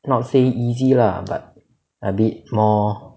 not say easy lah but a bit more